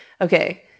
Okay